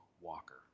Walker